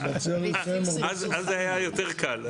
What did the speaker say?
אז היה יותר קל,